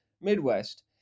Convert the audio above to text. midwest